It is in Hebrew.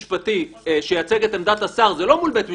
משפטי שייצג את עמדת השר זה לא מול בית משפט,